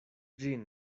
ĝin